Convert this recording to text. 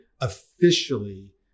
officially